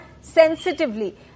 sensitively